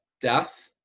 death